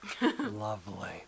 Lovely